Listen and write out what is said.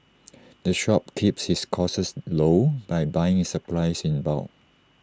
the shop keeps its costs low by buying its supplies in bulk